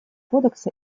кодекса